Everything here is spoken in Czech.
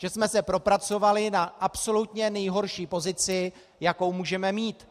Že jsme se propracovali na absolutně nejhorší pozici, jakou můžeme mít?